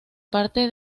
parte